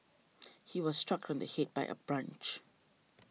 he was struck on the head by a branch